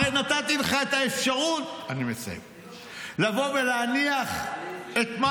הרי נתתי לך את האפשרות לבוא ולהניח את מה